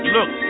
Look